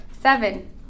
seven